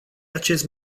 acest